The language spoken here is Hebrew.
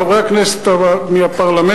חברי הכנסת מהפרלמנטים,